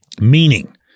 meaning